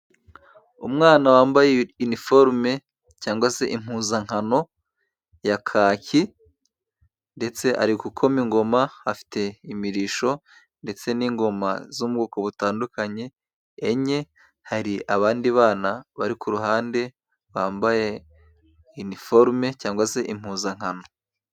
Umwana wambaye uniforume cyangwa se impuzankano ya kaki ndetse ari gukoma ingoma. Afite imirishyo ndetse n'ingoma zo mu bwoko butandukanye enye. Hari abandi bana bari ku ruhande bambaye iniforume cyangwa se impuzankano.